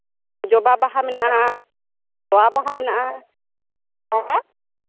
ᱡᱚᱵᱟ ᱵᱟᱦᱟ ᱢᱮᱱᱟᱜᱼᱟ ᱛᱚᱣᱟ ᱵᱟᱦᱟ ᱢᱮᱱᱟᱜᱼᱟ